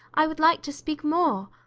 i would like to speak more.